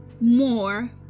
more